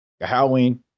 Halloween